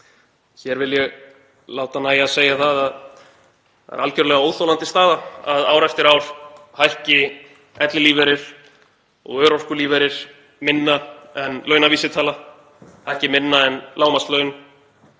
Hér vil ég láta nægja að segja það að það er algerlega óþolandi staða að ár eftir ár hækki ellilífeyrir og örorkulífeyrir minna en launavísitala og lágmarkslaun.